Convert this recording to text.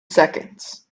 seconds